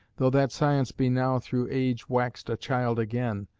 though that science be now through age waxed a child again,